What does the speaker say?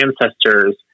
ancestors